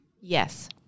Yes